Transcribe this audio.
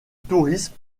tourisme